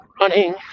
running